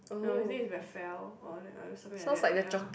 no his name is Raphael or like uh something like that ya